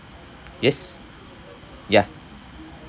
yes yeah